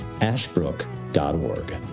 ashbrook.org